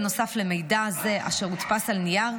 בנוסף למידע זה אשר הודפס על נייר,